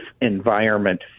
environment